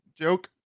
joke